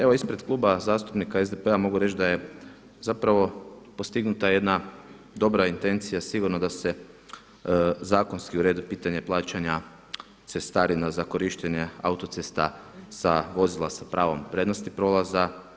Evo ispred Kluba zastupnika SDP-a mogu reći da je zapravo postignuta jedna dobra intencija sigurno da se zakonski uredi pitanje plaćanja cestarina za korištenje autocesta sa vozila pravom prednosti prolaza.